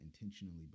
intentionally